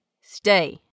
Stay